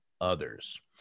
others